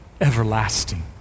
everlasting